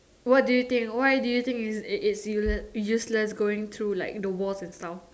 what do you think why do you think is is it's use useless going through like the walls and stuff